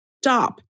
stop